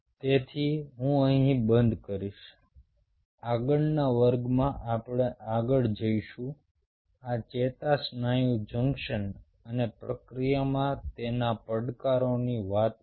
તેથી હું અહીં બંધ કરીશ આગળના વર્ગમાં આપણે આગળ જઈશું આ ચેતાસ્નાયુ જંકશન અને પ્રક્રિયામાં તેના પડકારોની વાત છે